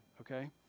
okay